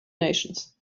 nations